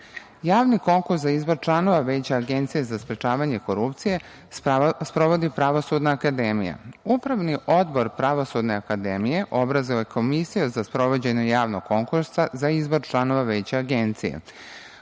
konkurs za izbor članova Veća Agencija za sprečavanje korupcije sprovodi Pravosudna akademija. Upravni odbor Pravosudne akademije obrazuje Komisiju za sprovođenje javnog konkursa za izbor članova Veća Agencije,